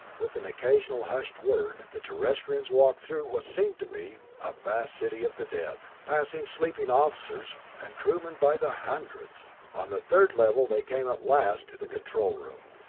with an occasional hushed word, the terrestrians walked through what seemed to be a vast city of the dead, passing sleeping officers, and crewmen by the hundreds. on the third level they came at last to the control room.